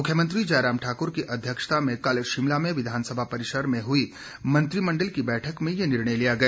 मुख्यमंत्री जयराम ठाकर की अध्यक्षता में कल विधानसभा परिसर में हई मंत्रिमंडल की बैठक में ये निर्णय लिया गया